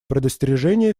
предостережение